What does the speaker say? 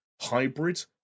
hybrid